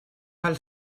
pel